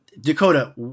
Dakota